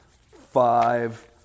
five